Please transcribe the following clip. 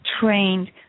trained